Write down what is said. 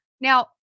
Now